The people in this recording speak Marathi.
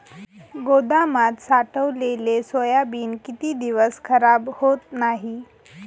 गोदामात साठवलेले सोयाबीन किती दिवस खराब होत नाही?